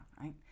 right